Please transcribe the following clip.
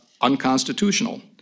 unconstitutional